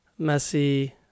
Messi